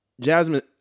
Jasmine